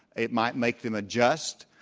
it might make them adjust,